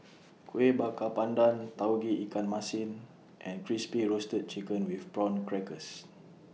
Kueh Bakar Pandan Tauge Ikan Masin and Crispy Roasted Chicken with Prawn Crackers